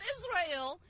Israel